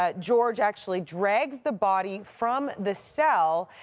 ah george actually drags the body from the cell.